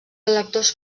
electors